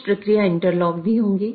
कुछ प्रक्रिया इंटरलॉक भी होंगी